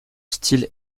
style